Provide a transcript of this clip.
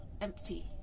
empty